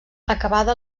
acabada